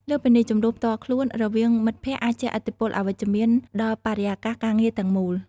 លើសពីនេះ ជម្លោះផ្ទាល់ខ្លួនរវាងមិត្តភក្តិអាចជះឥទ្ធិពលអវិជ្ជមានដល់បរិយាកាសការងារទាំងមូល។